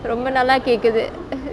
ரொம்ப நல்லா கேக்குது:rombe nalla kekuthu